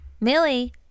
Millie